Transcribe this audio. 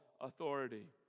authority